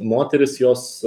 moteris jos